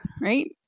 right